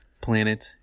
planet